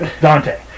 Dante